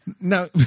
No